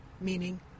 meaning